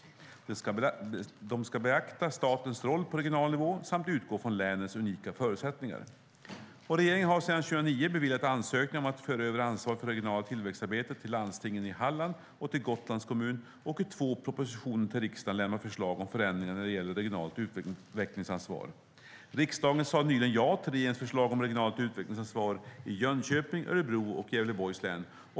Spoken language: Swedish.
De ska beakta statens roll på regional nivå samt utgå från länens unika förutsättningar. Regeringen har sedan 2009 beviljat ansökningar om att föra över ansvaret för det regionala tillväxtarbetet till landstinget i Halland och till Gotlands kommun och i två propositioner till riksdagen lämnat förslag om förändringar när det gäller regionalt utvecklingsansvar. Riksdagen sade nyligen ja till regeringens förslag om regionalt utvecklingsansvar i Jönköpings, Örebro och Gävleborgs län.